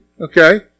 Okay